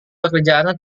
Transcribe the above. pekerjaannya